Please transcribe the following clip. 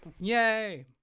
Yay